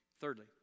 Thirdly